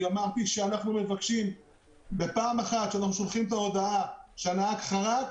אמרתי שאנחנו מבקשים בפעם אחת שאנחנו שולחים את ההודעה שהנהג חרג,